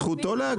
זכותו להגנה.